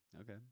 Okay